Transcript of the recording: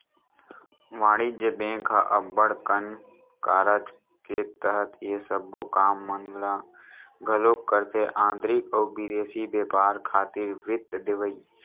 वाणिज्य बेंक ह अब्बड़ कन कारज के तहत ये सबो काम मन ल घलोक करथे आंतरिक अउ बिदेसी बेपार खातिर वित्त देवई